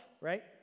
right